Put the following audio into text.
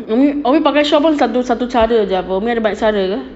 umi umi pakai shawl pun satu cara jer apa umi ada banyak cara ke